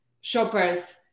shoppers